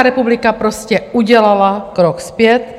Česká republika prostě udělala krok zpět.